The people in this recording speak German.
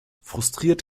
frustriert